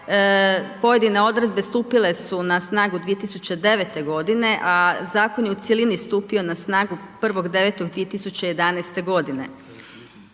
pojedine odredbe stupile su na snagu 2009. godine a zakon je u cjelini stupio na snagu 1.9.2011. godine.